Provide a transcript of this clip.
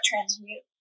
transmute